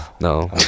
No